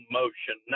motion